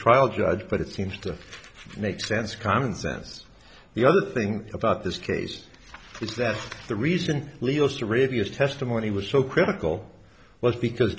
trial judge but it seems to make sense commonsense the other thing about this case is that the reason leo's to refuse testimony was so critical was because